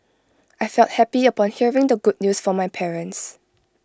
I felt happy upon hearing the good news from my parents